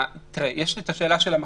יש את השאלה של המחסן.